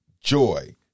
joy